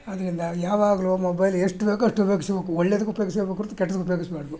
ಆದ್ದರಿಂದ ಯಾವಾಗಲೂ ಮೊಬೈಲ್ ಎಷ್ಟು ಬೇಕೋ ಅಷ್ಟು ಉಪಯೋಗಿಸಬೇಕು ಒಳ್ಳೆದಕ್ಕೆ ಉಪಯೋಗಿಸಬೇಕೇ ಹೊರ್ತು ಕೆಟ್ಟದಕ್ಕೆ ಉಪಯೋಗಿಸಬಾರ್ದು